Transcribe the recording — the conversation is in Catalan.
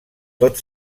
tot